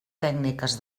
tècniques